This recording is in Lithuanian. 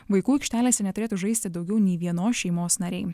vaikų aikštelėse neturėtų žaisti daugiau nei vienos šeimos nariai